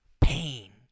pain